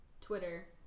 Twitter